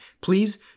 Please